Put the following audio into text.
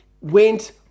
went